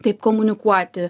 kaip komunikuoti